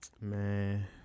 Man